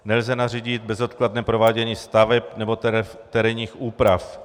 Nelze nařídit bezodkladné provádění staveb nebo terénních úprav.